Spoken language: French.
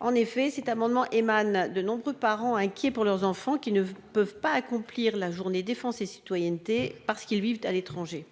En effet, cet amendement émane de nombreux parents inquiets pour leurs enfants qui ne peuvent pas accomplir la journée défense et citoyenneté (JDC) parce qu'ils vivent à l'étranger.